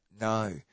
No